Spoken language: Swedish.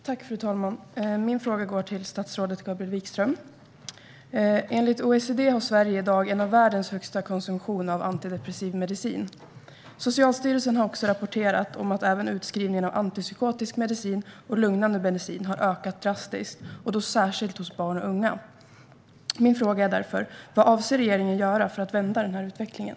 Fru talman! Min fråga går till statsrådet Gabriel Wikström. Enligt OECD har Sverige i dag en av världens högsta konsumtion av antidepressiv medicin. Socialstyrelsen har rapporterat att även utskrivning av antipsykotisk medicin och lugnande medicin har ökat drastiskt, och då särskilt hos barn och unga. Min fråga är därför: Vad avser regeringen att göra för att vända den här utvecklingen?